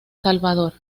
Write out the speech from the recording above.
salvador